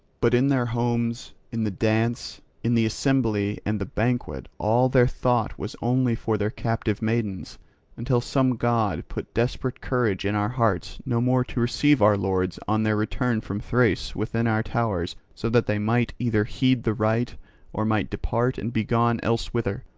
but in their homes, in the dance, in the assembly and the banquet all their thought was only for their captive maidens until some god put desperate courage in our hearts no more to receive our lords on their return from thrace within our towers so that they might either heed the right or might depart and begone elsewhither,